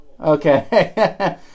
Okay